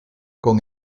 con